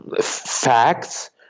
facts